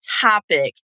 topic